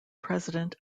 president